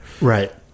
Right